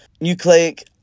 nucleic